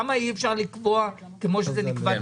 למה אי אפשר לקבוע כמו שזה נקבע תמיד?